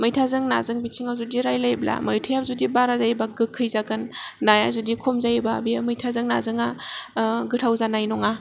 मैथाजों नाजों बिथिङाव जुदि रायलायोब्ला मैथाया जुदि बारा जायोबा गोखै जागोन नाया जुदि खम जायोबा बियो मैथाजों नाजोङा गोथाव जानाय नङा